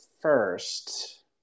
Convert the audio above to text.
first